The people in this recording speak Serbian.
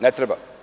Ne treba.